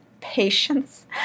patience